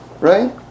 Right